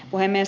puhemies